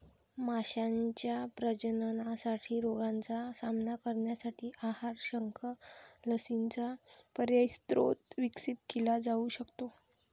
माशांच्या प्रजननासाठी रोगांचा सामना करण्यासाठी आहार, शंख, लसींचा पर्यायी स्रोत विकसित केला जाऊ शकतो